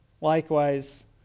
Likewise